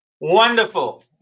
Wonderful